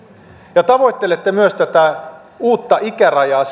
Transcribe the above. ja tavoittelette myös tätä uutta ikärajaa